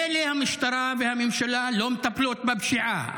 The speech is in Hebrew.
מילא המשטרה והממשלה לא מטפלות בפשיעה,